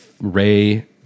Ray